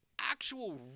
actual